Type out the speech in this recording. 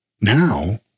now